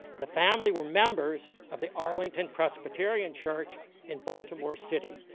the family were members of the arlington presbyterian church in baltimore city.